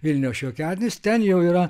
vilniaus šiokiadienius ten jau yra